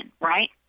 right